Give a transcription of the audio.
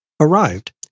arrived